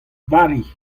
vari